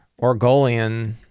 Orgolian